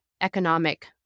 economic